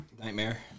Nightmare